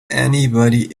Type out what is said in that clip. anybody